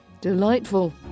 Delightful